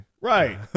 Right